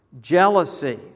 jealousy